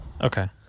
Okay